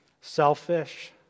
selfish